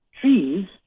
Trees